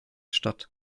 statt